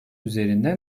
üzerinde